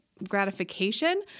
gratification